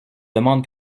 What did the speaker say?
demande